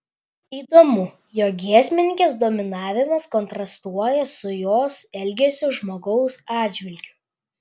įdomu jog giesmininkės dominavimas kontrastuoja su jos elgesiu žmogaus atžvilgiu